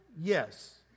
yes